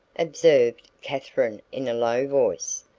observed katherine in a low voice.